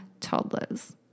toddlers